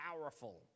powerful